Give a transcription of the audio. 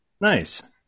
Nice